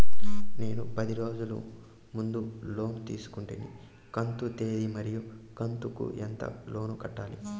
నేను పది రోజుల ముందు లోను తీసుకొంటిని కంతు తేది మరియు కంతు కు ఎంత లోను కట్టాలి?